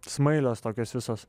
smailios tokios visos